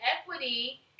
equity